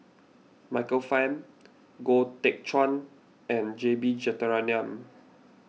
Michael Fam Goh Teck Phuan and J B Jeyaretnam